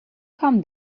come